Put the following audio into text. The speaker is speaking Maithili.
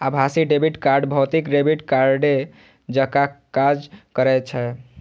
आभासी डेबिट कार्ड भौतिक डेबिट कार्डे जकां काज करै छै